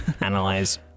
analyze